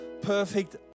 perfect